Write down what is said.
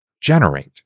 generate